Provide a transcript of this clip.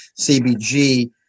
CBG